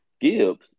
Gibbs